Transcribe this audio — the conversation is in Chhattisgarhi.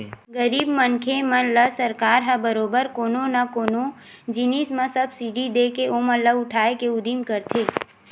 गरीब मनखे मन ल सरकार ह बरोबर कोनो न कोनो जिनिस मन म सब्सिडी देके ओमन ल उठाय के उदिम करथे